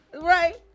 Right